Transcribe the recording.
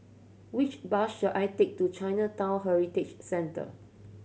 which bus should I take to Chinatown Heritage Centre